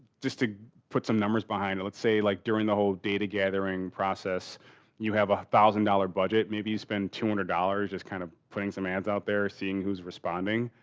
just to put some numbers behind it. let's say, like, during the whole data gathering process you have a thousand dollar budget. maybe you spend two hundred dollars just kind of putting some ads out there, seeing who's responding.